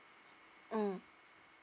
mm